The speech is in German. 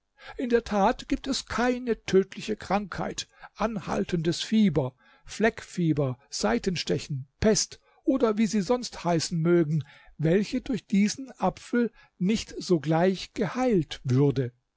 in der tat gibt es keine tödliche krankheit anhaltendes fieber fleckfieber seitenstechen pest oder wie sie sonst heißen mögen welche durch diesen apfel nicht sogleich geheilt würde